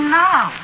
now